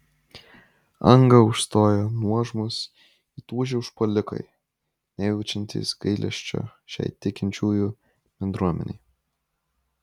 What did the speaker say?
angą užstojo nuožmūs įtūžę užpuolikai nejaučiantys gailesčio šiai tikinčiųjų bendruomenei